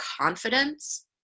confidence